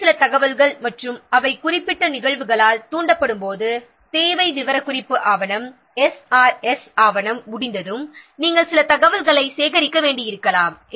வேறு சில தகவல்கள் குறிப்பிட்ட நிகழ்வுகளால் தூண்டப்படும் போது தேவை விவரக்குறிப்பு ஆவணம் எஸ்ஆர்எஸ் ஆவணம் முடிந்ததும் சில தகவல்களை சேகரிக்க வேண்டியிருக்கலாம்